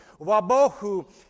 wabohu